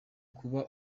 kuba